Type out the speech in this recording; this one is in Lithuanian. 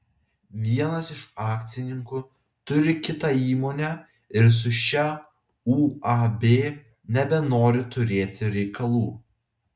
vienas iš akcininkų turi kitą įmonę ir su šia uab nebenori turėti reikalų